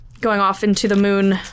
going-off-into-the-moon